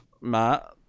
Matt